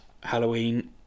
Halloween